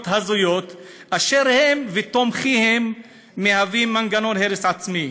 הזויות אשר הן ותומכיהן מהווים מנגנון הרס עצמי.